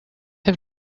have